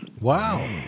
Wow